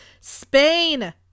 Spain